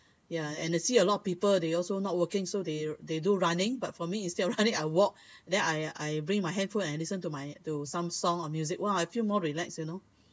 ya and I see a lot of people they also not working so they they do running but for me instead of running I walked then I I bring my handphone and listen to my to some song or music !wah! I feel more relax you know